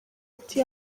ati